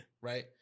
Right